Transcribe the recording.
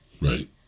right